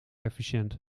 efficiënt